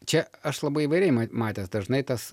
čia aš labai įvairiai mat matęs dažnai tas